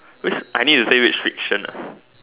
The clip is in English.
which I need to say which fiction ah